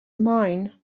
mine